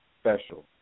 special